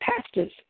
pastor's